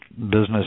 business